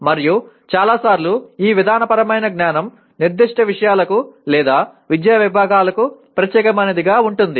మరియు చాలా సార్లు ఈ విధానపరమైన జ్ఞానం నిర్దిష్ట విషయాలకు లేదా విద్యా విభాగాలకు ప్రత్యేకమైనది గా ఉంటుంది